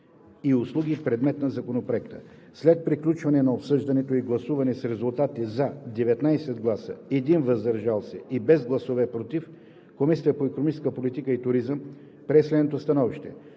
и услуги, предмет на Законопроекта. След приключване на обсъждането и гласуване с резултати: „за“ 19 гласа, един „въздържал се“ и без гласове „против“, Комисията по икономическа политика и туризъм прие следното становище: